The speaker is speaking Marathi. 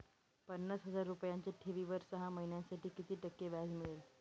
पन्नास हजार रुपयांच्या ठेवीवर सहा महिन्यांसाठी किती टक्के व्याज मिळेल?